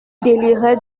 délirait